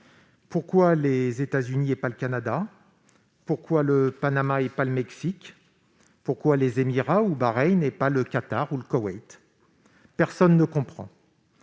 Pourquoi les États-Unis et pas le Canada ? Pourquoi le Panama et pas le Mexique ? Pourquoi les Émirats ou Bahreïn et pas le Qatar ou le Koweït ?... Personne ne comprend.